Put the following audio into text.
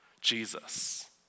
Jesus